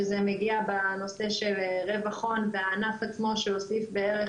שזה מגיע בנושא של רווח הון והענף עצמו שהוסיף בערך